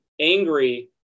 angry